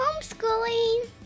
homeschooling